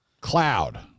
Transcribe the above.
cloud